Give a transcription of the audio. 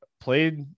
played